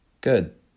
Good